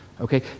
Okay